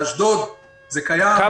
באשדוד זה קיים.